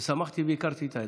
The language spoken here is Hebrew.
ושמחתי והכרתי את העדה.